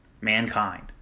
Mankind